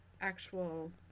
actual